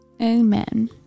Amen